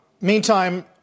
Meantime